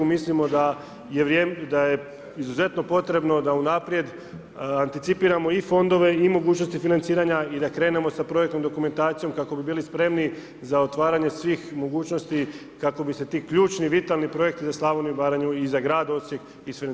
Mislimo da je izuzetno potrebno da unaprijed anticipiramo i fondove i mogućnosti financiranja i da krenemo sa projektnom dokumentacijom kako bi bili spremni za otvaranje svih mogućnosti kako bi se ti ključni, vitalni projekti za Slavoniju, Baranju i za grad Osijek isfinancirali.